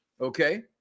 Okay